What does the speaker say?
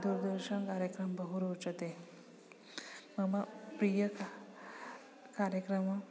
दूरदर्शनकार्यक्रमः बहु रोचते मम प्रियः कार्यक्रमः